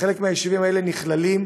וחלק מהיישובים האלה נכללים,